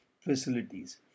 facilities